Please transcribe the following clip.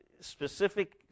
specific